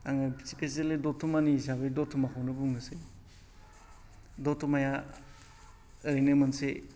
आङो स्पेसेलि दतमानि हिसाबै दतमाखौनो बुंनोसै दतमाया ओरैनो मोनसे